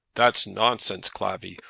that's nonsense, clavvy.